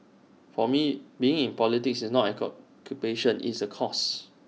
for me being in politics is not an occupation it's A cause